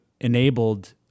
enabled